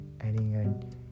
adding